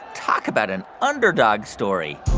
talk about an underdog story